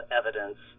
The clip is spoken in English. evidence